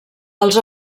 els